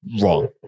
wrong